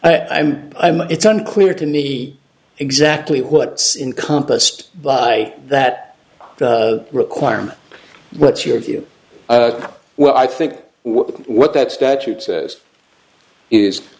now i'm i'm it's unclear to me exactly what encompassed by that requirement what's your view well i think what that statute says is